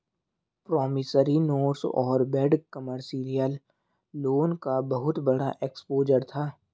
promissory notes और bad commercial loan का बहुत बड़ा एक्सपोजर था